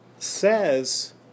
says